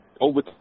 over